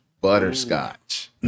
Butterscotch